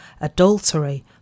adultery